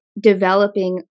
developing